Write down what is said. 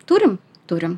turim turim